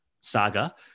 saga